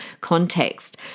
context